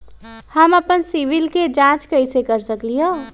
हम अपन सिबिल के जाँच कइसे कर सकली ह?